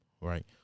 right